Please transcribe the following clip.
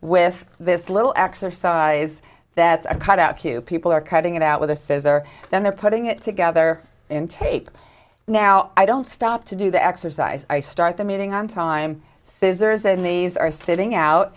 with this little exercise that's a cut out cue people are cutting it out with a says or then they're putting it together in tape now i don't stop to do the exercise i start the meeting on time scissors and these are sitting out